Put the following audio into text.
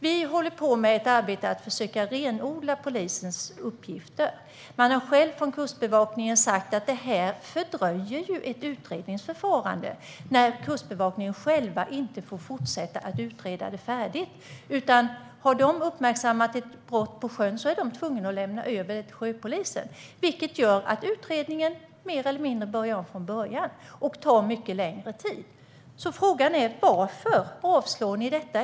Vi håller på med ett arbete för att försöka renodla polisens uppgifter. Kustbevakningen har sagt att det fördröjer ett utredningsförfarande när de inte får fortsätta och utreda färdigt själva. Om de har uppmärksammat ett brott på sjön är de tvungna att lämna över det till sjöpolisen, vilket gör att utredningen mer eller mindre börjar om från början och tar mycket längre tid. Frågan är varför ni avstyrker detta, Johan Hedin.